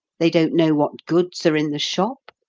they don't know what goods are in the shop,